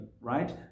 right